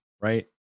right